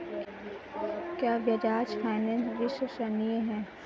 क्या बजाज फाइनेंस विश्वसनीय है?